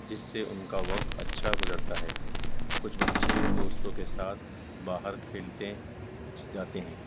جس سے ان کا وقت اچھا گزرتا ہے کچھ بچے دوستوں کے ساتھ باہر کھیلتے جاتے ہیں